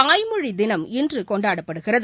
தாய்மொழி தினம் இன்று கொண்டாடப்படுகிறது